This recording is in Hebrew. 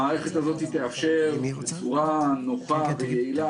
המערכת הזאת תאפשר בצורה נוחה ויעילה